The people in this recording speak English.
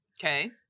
Okay